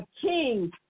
king